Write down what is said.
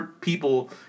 people